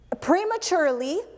prematurely